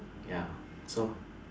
ya so